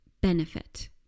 benefit